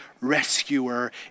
rescuer